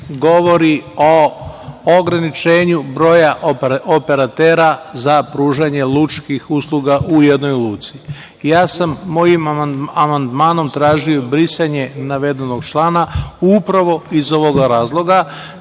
govori o ograničenju broja operatera za pružanje lučkih usluga u jednoj luci. Ja sam mojim amandmanom tražio brisanje navedenog člana, upravo iz ovoga razloga,